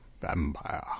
Vampire